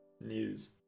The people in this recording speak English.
news